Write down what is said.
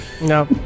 no